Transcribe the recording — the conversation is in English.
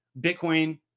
Bitcoin